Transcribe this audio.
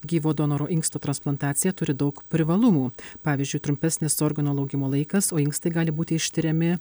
gyvo donoro inksto transplantacija turi daug privalumų pavyzdžiui trumpesnis organo laukimo laikas o inkstai gali būti ištiriami